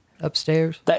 upstairs